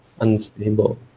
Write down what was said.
unstable